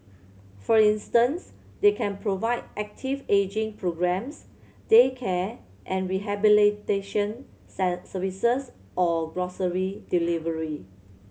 for instance they can provide active ageing programmes daycare and rehabilitation services or grocery delivery